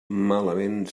malament